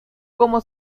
como